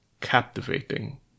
captivating